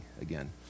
again